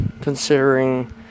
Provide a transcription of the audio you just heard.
considering